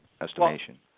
estimation